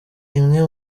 imwe